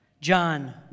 John